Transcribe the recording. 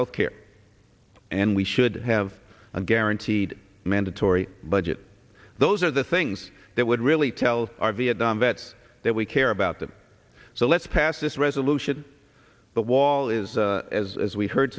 health care and we should have a guaranteed mandatory budget those are the things that would really tell our vietnam vets that we care about them so let's pass this resolution but wall is as we heard